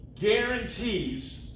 guarantees